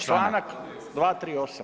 Članak 238.